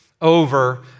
over